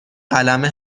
قلمه